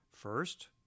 First